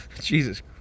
Jesus